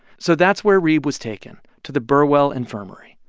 so that's where reeb was taken, to the burwell infirmary.